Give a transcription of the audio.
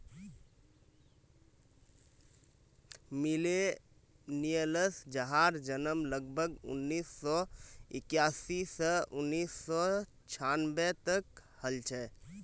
millennials जहार जन्म लगभग उन्नीस सौ इक्यासी स उन्नीस सौ छानबे तक हल छे